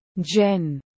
Jen